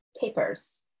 papers